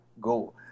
go